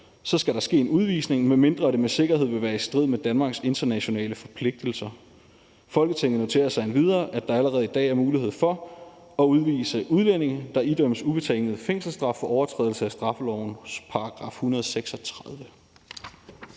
så skal der ske udvisning, medmindre det med sikkerhed vil være i strid med Danmarks internationale forpligtelser. Folketinget noterer sig endvidere, at der allerede i dag er mulighed for at udvise udlændinge, der idømmes ubetinget fængselsstraf for overtrædelse af straffelovens § 136.«